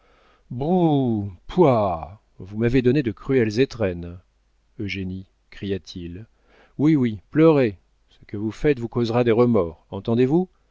pouah vous m'avez donné de cruelles étrennes eugénie cria-t-il oui oui pleurez ce que vous faites vous causera des remords entendez-vous